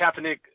Kaepernick